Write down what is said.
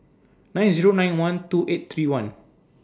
nine Zero nine one two eight three one